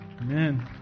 Amen